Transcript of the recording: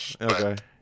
Okay